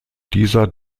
dieser